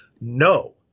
no